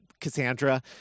Cassandra